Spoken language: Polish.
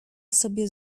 sobie